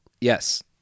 Yes